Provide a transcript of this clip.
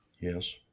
Yes